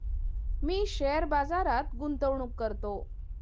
मी share बाजारात गुंतवणूक करतो